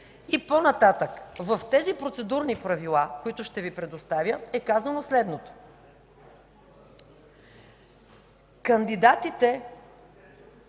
По-нататък в Процедурните правила, които ще Ви предоставя, е казано следното: „Кандидатите